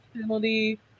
penalty